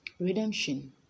redemption